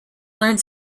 learned